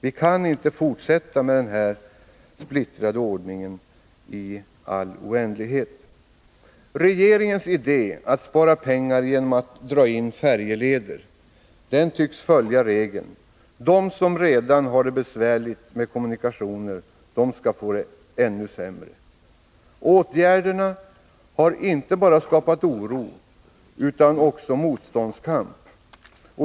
Vi kan inte fortsätta med den här splittrade ordningen i all oändlighet. Regeringens idé att spara pengar genom att dra in färjeleder tycks följa regeln att de som redan har det besvärligt med kommunikationerna skall få det ännu sämre. Åtgärderna har inte bara skapat oro utan också skapat motståndskamp.